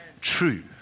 true